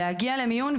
להגיע למיון,